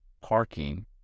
parking